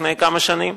לפני כמה שנים,